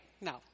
No